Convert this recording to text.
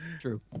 true